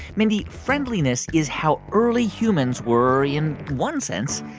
mindy, friendliness is how early humans were, in one sense,